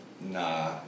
Nah